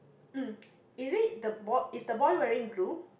um is it the boy is the boy wearing blue